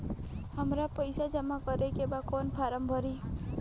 हमरा पइसा जमा करेके बा कवन फारम भरी?